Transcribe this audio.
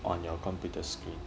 on your computer screen